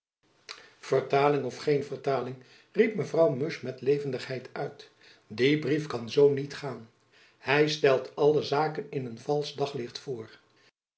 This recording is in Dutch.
vertaling of geen vertaling riep mevrouw musch met levendigheid uit die brief kan z niet gaan hy stelt alle zaken in een valsch daglicht voor